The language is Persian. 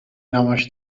نمایش